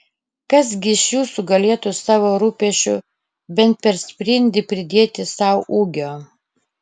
kas gi iš jūsų galėtų savo rūpesčiu bent per sprindį pridėti sau ūgio